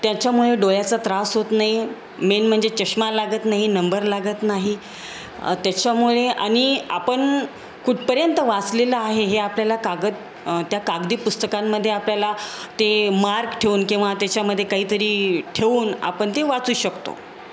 त्याच्यामुळे डोळ्याचा त्रास होत नाही मेन म्हणजे चष्मा लागत नाही नंबर लागत नाही त्याच्यामुळे आणि आपण कुठपर्यंत वाचलेलं आहे हे आपल्याला कागद त्या कागदी पुस्तकांमध्ये आपल्याला ते मार्क ठेवून किंवा त्याच्यामध्ये काहीतरी ठेवून आपण ते वाचू शकतो